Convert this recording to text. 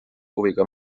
huviga